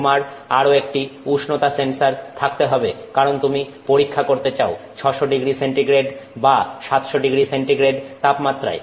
তোমার আরো একটা উষ্ণতা সেন্সর থাকতে হবে কারন তুমি পরীক্ষা করতে চাও 600ºC বা 700ºC তাপমাত্রায়